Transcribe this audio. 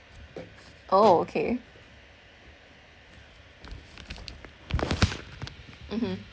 oh okay mmhmm